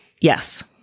Yes